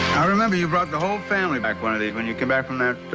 i remember you brought the whole family back one of these when you came back from that. that